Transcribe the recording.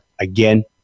Again